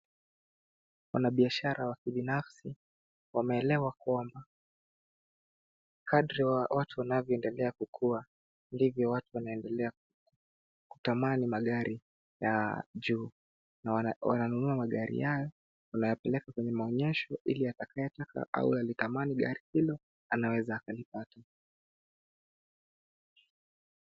Wanabiashara wa kibinafsi wameelewa kwamba kadri watu wanaendela kukua ndivyo watu wanaendelea kutamani magari ya juu na wananunua magari haya, wanayapeleka kwenye maonyesho ili atakaye taka au alitamani gari hilo anaweza akalipata.